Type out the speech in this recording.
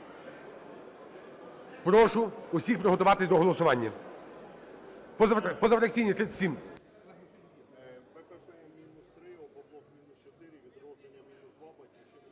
Прошу приготуватись до голосування.